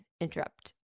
interrupt